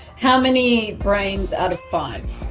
how many brains out of five?